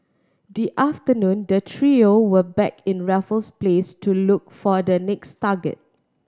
the afternoon the trio were back in Raffles Place to look for the next target